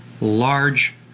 large